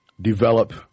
develop